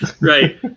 right